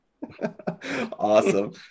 awesome